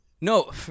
No